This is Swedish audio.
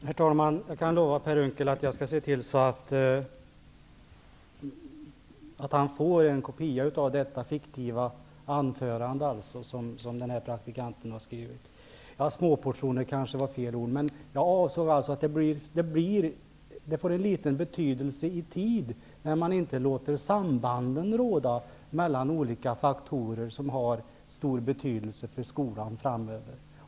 Herr talman! Jag kan lova Per Unckel att se till att han får en kopia av detta fiktiva anförande som den här praktikanten har skrivit. Småportioner var kanske fel ord, men det får en liten betydelse i tid när man inte låter sambanden råda mellan olika faktorer som framöver kommer att få stor betydelse för skolan.